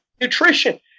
nutrition